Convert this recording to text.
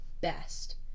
best